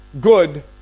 good